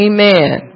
Amen